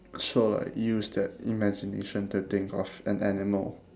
so like use their imagination to think of an animal